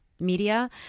media